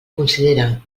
considere